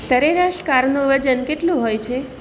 સરેરાશ કારનું વજન કેટલું હોય છે